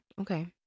Okay